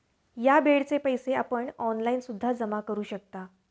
या बेडचे पैसे आपण ऑनलाईन सुद्धा जमा करू शकता